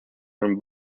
from